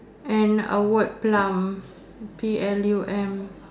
and a word plum P L U M